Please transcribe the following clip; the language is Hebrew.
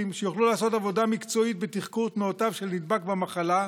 שיוכלו לעשות עבודה מקצועית בתחקור תנועותיו של נדבק במחלה,